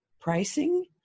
pricing